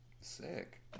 Sick